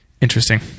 Interesting